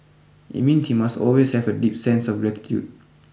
it means you must always have a deep sense of gratitude